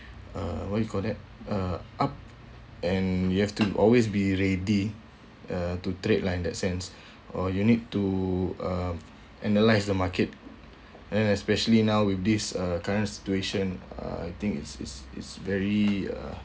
uh what you call that uh up and you have to always be ready uh to trade lah in that sense or you need to uh analyse the market and especially now with this uh current situation I think is is is very uh